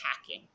hacking